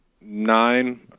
nine